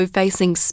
facing